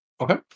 Okay